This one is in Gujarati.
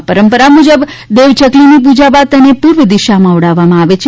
આ પરંપરા મુજબ દેવ ચકલીની પૂજા બાદ તેને પૂર્વ દિશામાં ઉડાડવામાં આવે છે